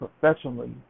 professionally